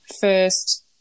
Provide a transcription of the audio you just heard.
first